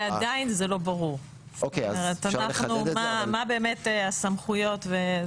ועדיין זה לא ברור, מה באמת הסמכויות.